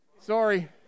sorry